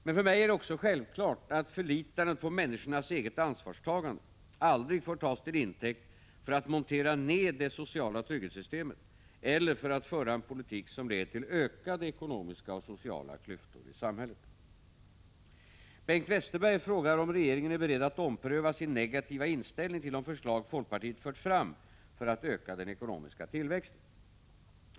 Men för mig är det också självklart att förlitandet på människornas eget ansvarstagande aldrig får tas till intäkt för att montera ned det sociala trygghetssystemet eller för att föra en politik som leder till ökade ekonomiska och sociala klyftor i samhället. Bengt Westerberg frågar om regeringen är beredd att ompröva sin negativa inställning till de förslag folkpartiet fört fram för att öka den ekonomiska tillväxten.